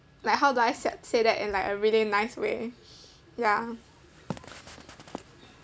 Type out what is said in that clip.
like how do I sa~ say that in like a really nice way ya